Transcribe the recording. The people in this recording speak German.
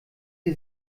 sie